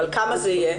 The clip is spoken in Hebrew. אבל כמה זה יהיה?